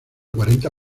cuarenta